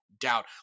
doubt